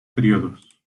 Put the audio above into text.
periodos